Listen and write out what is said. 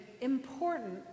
important